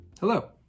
Hello